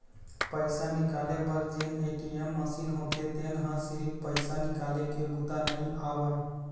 पइसा निकाले बर जेन ए.टी.एम मसीन होथे तेन ह सिरिफ पइसा निकाले के बूता नइ आवय